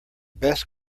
best